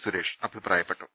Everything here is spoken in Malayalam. സുരേഷ് അഭിപ്രായപ്പെട്ടു